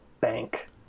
bank